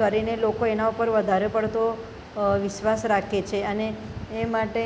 કરીને લોકો એના ઉપર વધારે પડતો વિશ્વાસ રાખે છે અને એ માટે